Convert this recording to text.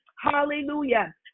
hallelujah